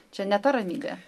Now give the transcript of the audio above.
čia ne ta ramybė